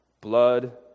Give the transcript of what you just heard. Blood